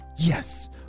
Yes